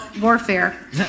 warfare